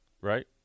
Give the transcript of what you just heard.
Right